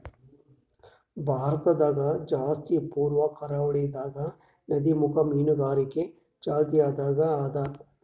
ಭಾರತದಾಗ್ ಜಾಸ್ತಿ ಪೂರ್ವ ಕರಾವಳಿದಾಗ್ ನದಿಮುಖ ಮೀನುಗಾರಿಕೆ ಚಾಲ್ತಿದಾಗ್ ಅದಾ